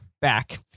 back